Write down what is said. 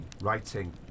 writing